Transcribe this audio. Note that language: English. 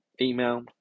email